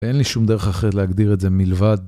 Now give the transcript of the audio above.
אין לי שום דרך אחרת להגדיר את זה מלבד